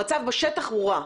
המצב בשטח הוא רע.